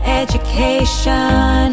education